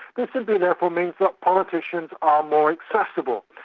this simply therefore means that politicians are more accessible.